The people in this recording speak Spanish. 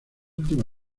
última